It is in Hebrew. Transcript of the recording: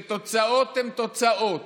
שתוצאות הן תוצאות,